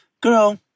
Girl